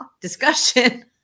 discussion